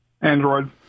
Android